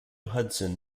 hudson